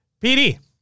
PD